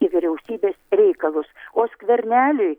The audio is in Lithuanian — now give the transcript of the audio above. į vyriausybės reikalus o skverneliui